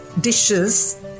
dishes